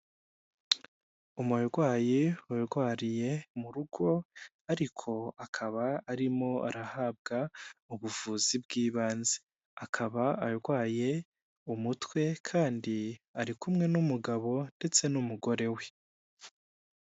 Umurwayi warwariye mu rugo ariko akaba arimo arahabwa ubuvuzi bw'ibanze akaba arwaye umutwe kandi ari kumwe n'umugabo ndetse n'umugore we.